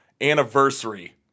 anniversary